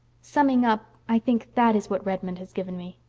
summing up, i think that is what redmond has given me.